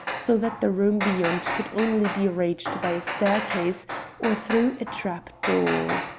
so that the room beyond could only be reached by a staircase or through a trap-door.